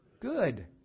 good